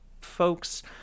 folks